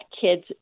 kids